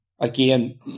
again